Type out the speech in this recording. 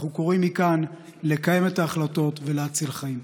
אנחנו קוראים מכאן לקיים את ההחלטות ולהציל חיים.